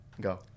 Go